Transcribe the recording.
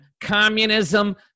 communism